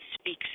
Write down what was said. speaks